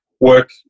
work